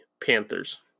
Panthers